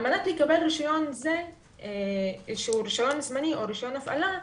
על מנת לקבל רישיון שהוא רישיון זמני או רישיון הפעלה,